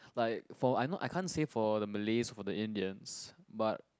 like for I not I can't say for the Malays for the Indians but